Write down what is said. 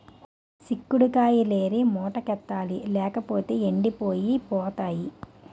సిక్కుడు కాయిలేరి మూటకెత్తాలి లేపోతేయ్ ఎండిపోయి పోతాయి